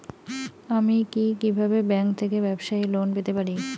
আমি কি কিভাবে ব্যাংক থেকে ব্যবসায়ী লোন পেতে পারি?